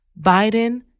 Biden